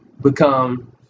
become